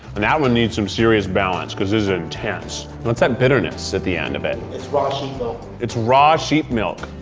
and that one needs some serious balance, because this is intense. what's that bitterness at the end of it? it's raw sheep milk. it's raw sheep milk?